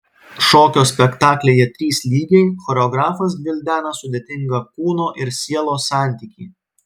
šokio spektaklyje trys lygiai choreografas gvildena sudėtingą kūno ir sielos santykį